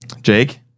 Jake